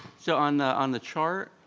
so on the, on the chart,